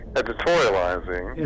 editorializing